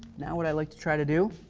now what i like to try to do,